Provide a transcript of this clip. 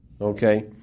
Okay